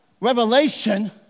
revelation